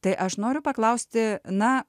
tai aš noriu paklausti na